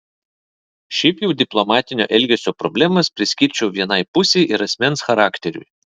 šiaip jau diplomatinio elgesio problemas priskirčiau vienai pusei ir asmens charakteriui